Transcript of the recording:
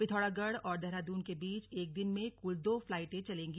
पिथौरागढ़ और देहरादून के बीच एक दिन में कुल दो फ्लाइटें चलेंगी